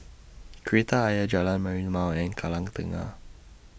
Kreta Ayer Jalan Merlimau and Kallang Tengah